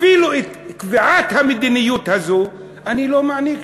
אפילו את קביעת המדיניות הזאת אני לא מעניק.